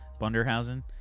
Bunderhausen